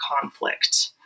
conflict